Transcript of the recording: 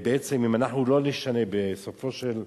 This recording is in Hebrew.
בעצם, אם אנחנו לא נשנה, בסופו של מהלך,